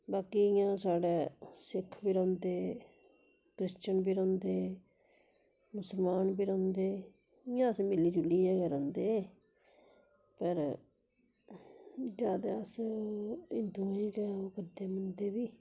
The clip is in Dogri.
बाकी इ'यां साढ़ै सिक्ख बी रौंह्दे क्रिशचन बी रौंह्दे मुस्लमान बी रौंह्दे इ'यां अस मिली जुलियै गै रौंह्दे पर ज्यादा अस हिन्दुएं गै ओह् करदे मन्नदे फ्ही